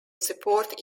support